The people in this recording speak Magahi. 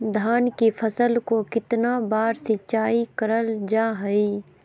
धान की फ़सल को कितना बार सिंचाई करल जा हाय?